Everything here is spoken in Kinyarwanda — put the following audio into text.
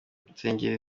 insengero